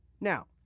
Now